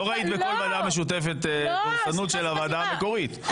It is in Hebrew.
לא ראית בכל ועדה משותפת דורסנות של הוועדה המקורית,